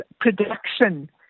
production